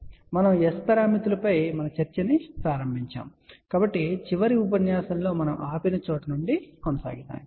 మరియు మనము S పారామితులపై మన చర్చను ప్రారంభించాము కాబట్టి చివరి ఉపన్యాసంలో మనము ఆపిన చోటు నుండి కొనసాగిద్దాము